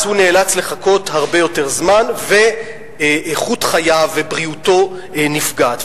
אז הוא נאלץ לחכות הרבה יותר זמן ואיכות חייו ובריאותו נפגעות.